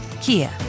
Kia